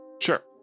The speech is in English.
Sure